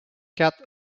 quatre